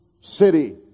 city